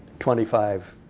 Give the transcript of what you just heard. twenty five